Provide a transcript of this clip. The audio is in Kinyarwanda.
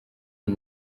uyu